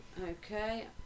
Okay